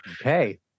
Okay